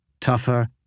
tougher